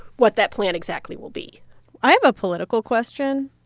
what that plan exactly will be i have a political question,